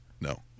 No